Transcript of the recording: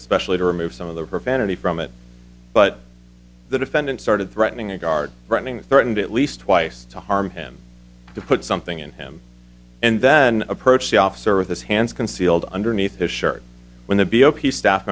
especially to remove some of the profanity from it but the defendant started threatening a guard threatening that threatened at least twice to harm him to put something in him and then approached the officer with this hands concealed underneath his shirt when the b o p staff